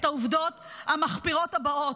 את העובדות המחפירות הבאות: